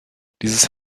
dieses